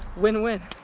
win-win.